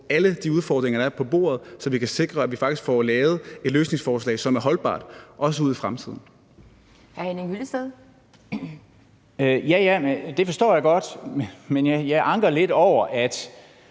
alle de udfordringer, der er, på bordet, altså så vi kan sikre, at vi faktisk får lavet et løsningsforslag, som er holdbart, også ud i fremtiden. Kl. 13:03 Anden næstformand